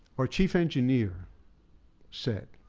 our chief engineer said,